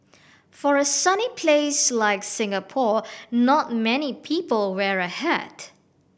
for a sunny place like Singapore not many people wear a hat